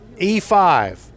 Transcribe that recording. E5